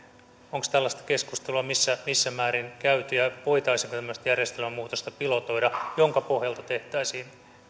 onko tällaista keskustelua missä missä määrin käyty ja voitaisiinko tämmöistä järjestelmän muutosta pilotoida jonka pohjalta tehtäisiin